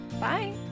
bye